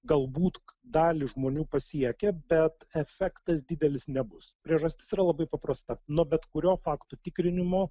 galbūt dalį žmonių pasiekia bet efektas didelis nebus priežastis yra labai paprasta nuo bet kurio faktų tikrinimo